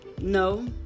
No